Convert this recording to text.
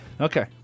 Okay